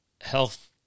health